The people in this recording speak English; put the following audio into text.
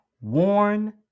worn